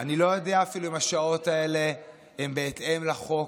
אני לא יודע אפילו אם השעות האלה הן בהתאם לחוק,